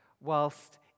whilst